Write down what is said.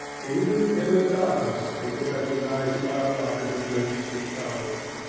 even in the darkness he could recognize the outline of the cliffs which bounded it.